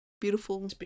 beautiful